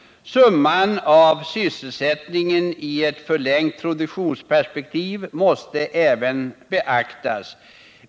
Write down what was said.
Summan av sysselsättningstillfällena i ett förlängt produktionsperspektiv måste även beaktas.